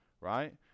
right